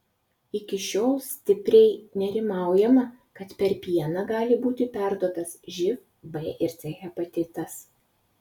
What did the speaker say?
iki šiol stipriai nerimaujama kad per pieną gali būti perduotas živ b ir c hepatitas